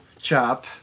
chop